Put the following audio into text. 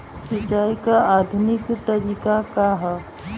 सिंचाई क आधुनिक तरीका का ह?